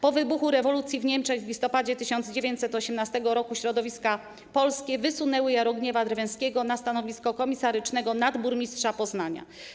Po wybuchu rewolucji w Niemczech w listopadzie 1918 roku środowiska polskie wysunęły Jarogniewa Drwęskiego na stanowisko komisarycznego nadburmistrza Poznania.